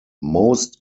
most